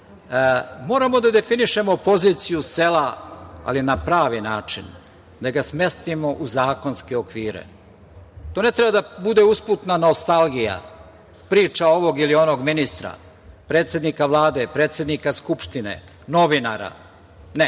moramo da definišemo poziciju sela, ali na pravi način. Da ga smestimo u zakonske okvire. To ne treba da bude usputna nostalgija, priča ovog ili onog ministra, predsednik Vlade, predsednika Skupštine, novinara. Ne.